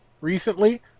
recently